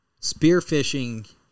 spearfishing